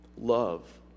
love